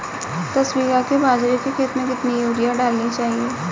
दस बीघा के बाजरे के खेत में कितनी यूरिया डालनी चाहिए?